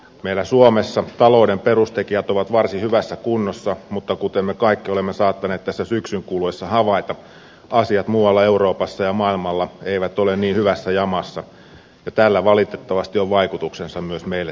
meillä suomessa talouden perustekijät ovat varsin hyvässä kunnossa mutta kuten me kaikki olemme saattaneet tässä syksyn kuluessa havaita asiat muualla euroopassa ja maailmalla eivät ole niin hyvässä jamassa ja tällä valitettavasti on vaikutuksensa myös meihin täällä suomessa